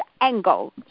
angle